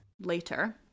later